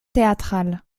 théâtrales